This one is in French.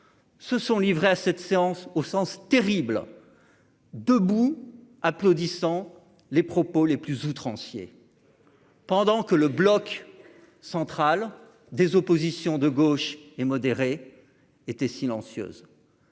se sont livrés à cette séance au sens terrible debout applaudissant les propos les plus outranciers, pendant que le bloc central des oppositions de gauche et modérée était silencieuse,